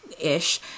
ish